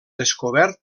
descobert